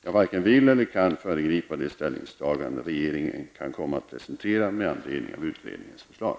Jag varken vill eller kan föregripa de ställningstaganden regeringen kan komma att presentera med anledning av utredningens förslag.